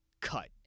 cut